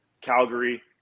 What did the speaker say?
Calgary